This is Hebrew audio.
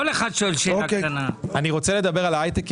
אני רוצה לדבר על ההייטק,